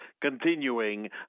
continuing